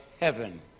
heaven